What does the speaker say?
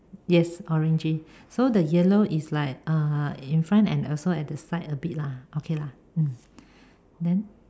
yes orangey so the yellow is like uh in front and also at the side a bit lah okay lah mm then